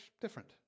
different